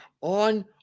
on